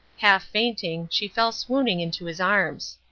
half fainting, she fell swooning into his arms.